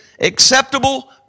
acceptable